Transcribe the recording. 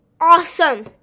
awesome